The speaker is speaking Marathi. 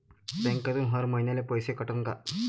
बँकेतून हर महिन्याले पैसा कटन का?